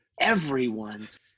everyone's